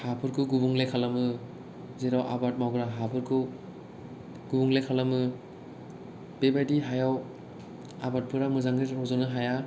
हा फोरखौ गुबुंले खालामो जेराव आबाद मावग्रा हाफोरखौ गुबुंले खालामो बेबादि हायाव आबादफोरा मोजाङै रज'नो हाया